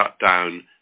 shutdown